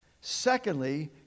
Secondly